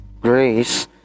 grace